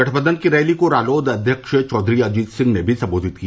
गठबंधन की रैली को रालोद अध्यक्ष चौधरी अजित सिंह ने भी संबोधित किया